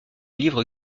livre